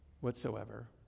whatsoever